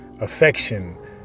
affection